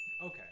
Okay